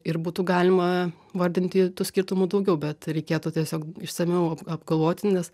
ir būtų galima vardinti tų skirtumų daugiau bet reikėtų tiesiog išsamiau ap apgalvoti nes